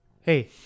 hey